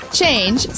change